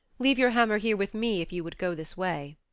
leave your hammer here with me if you would go this way.